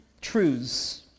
truths